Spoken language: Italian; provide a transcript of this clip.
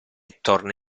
torna